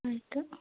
ಆಯಿತು